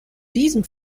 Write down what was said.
diesem